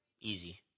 Easy